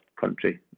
country